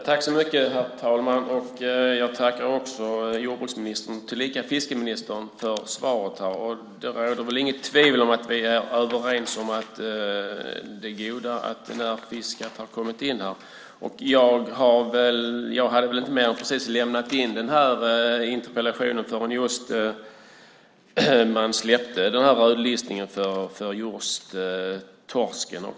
Herr talman! Jag tackar jordbruksministern tillika fiskeministern för svaret. Det råder väl inget tvivel om att vi är överens om det goda i att Närfiskat har kommit in. Jag hade inte mer än precis lämnat in interpellationen förrän man släppte på rödlistningen av torsken.